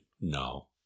no